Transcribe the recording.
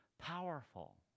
powerful